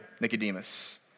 Nicodemus